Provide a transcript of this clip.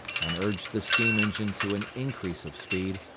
and urge the steam-engine to an increase of speed,